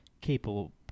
capable